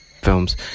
films